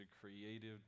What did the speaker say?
creative